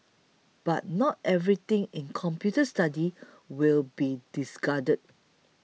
but not everything in computer studies will be discarded